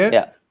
yeah,